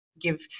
give